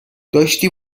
داشتی